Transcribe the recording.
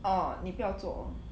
orh 你不要做